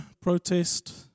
protest